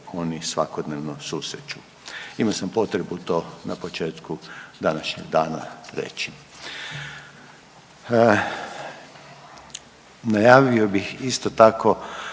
oni svakodnevno susreću. Imao sam potrebu to na početku današnjeg dana reći. Najavio bih isto tako